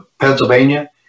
Pennsylvania